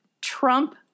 Trump